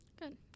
good